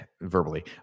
verbally